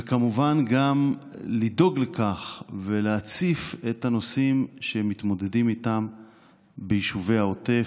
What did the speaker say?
וכמובן גם לדאוג להציף את הנושאים שהם מתמודדים איתם ביישובי העוטף,